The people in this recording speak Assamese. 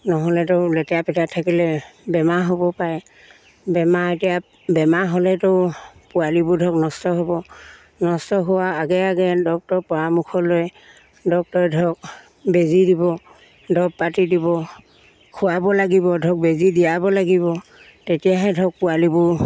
নহ'লেতো লেতেৰা পেটেৰাত থাকিলে বেমাৰ হ'ব পাৰে বেমাৰ এতিয়া বেমাৰ হ'লেতো পোৱালিবোৰ ধৰক নষ্ট হ'ব নষ্ট হোৱাৰ আগে আগে ডক্টৰৰ পৰামৰ্শলৈ ডক্টৰে ধৰক বেজি দিব দৰব পাতি দিব খোৱাব লাগিব ধৰক বেজি দিয়াব লাগিব তেতিয়াহে ধৰক পোৱালিবোৰ